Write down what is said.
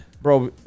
bro